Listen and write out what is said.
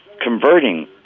converting